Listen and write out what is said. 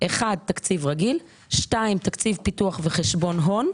למעט החזרי החוב למוסד לביטוח לאומי.